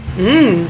Mmm